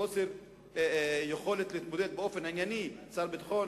חוסר יכולת להתמודד באופן ענייני: שר הביטחון,